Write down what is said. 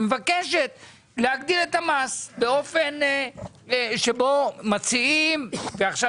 היא מבקשת להגדיל את המס באופן שבו מציעים ועכשיו